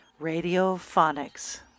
Radiophonics